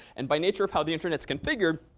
and by nature of how the internet is configured,